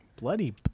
Bloody